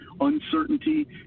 uncertainty